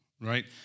right